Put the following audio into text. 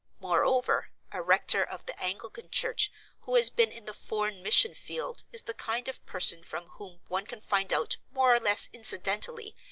moreover, a rector of the anglican church who has been in the foreign mission field is the kind of person from whom one can find out, more or less incidentally,